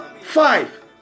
five